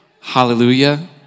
hallelujah